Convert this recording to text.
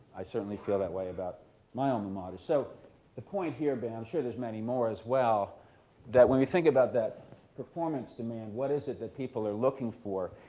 i certainly feel that way about my alma mater. so the point here, but um sure there's many more as well that when we think about that performance demand, what is it that people are looking for?